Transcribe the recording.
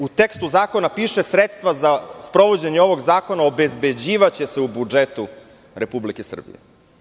U tekstu zakona piše – sredstva za sprovođenje ovog zakona obezbeđivaće se u budžetu Republike Srbije.